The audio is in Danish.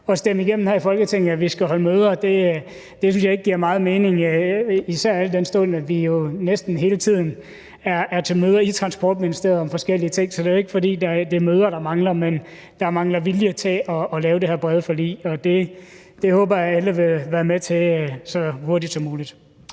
at stemme igennem her i Folketinget, at vi skal holde møder, synes jeg ikke giver meget mening, især al den stund at vi jo næsten hele tiden er til møder i Transportministeriet om forskellige ting. Så det er ikke, fordi det er møder, der mangler. Men der mangler vilje til at lave det her brede forlig, og det håber jeg at alle vil være med til så hurtigt som muligt